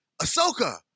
Ahsoka